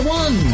one